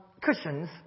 cushions